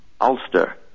Ulster